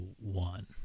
one